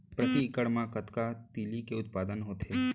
प्रति एकड़ मा कतना तिलि के उत्पादन होथे?